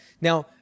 Now